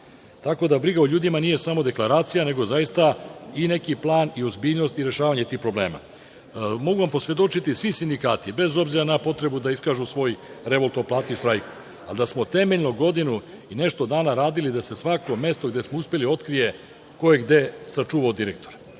tako da briga o ljudima nije samo deklaracija nego zaista i neki plan i ozbiljnost i rešavanje tih problema. Mogu vam posvedočiti, svi sindikati, bez obzira na potrebu da iskažu svoj revolt o plati i štrajk, ali da smo temeljno godinu i nešto dana radili da se svako mesto gde smo uspeli otkrije ko je gde sačuvao direktora.